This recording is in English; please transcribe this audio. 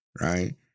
right